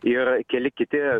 ir keli kiti